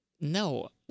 No